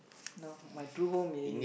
no my true home is